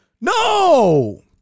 No